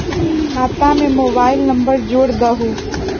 खाता में mobile number जोड़ दहु?